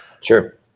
sure